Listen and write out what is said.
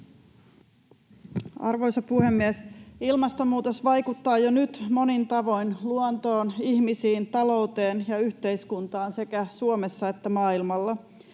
Arvoisa puhemies! Ilmastonmuutos vaikuttaa jo nyt monin tavoin luontoon, ihmisiin, talouteen ja yhteiskuntaan sekä Suomessa että maailmalla.